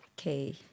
Okay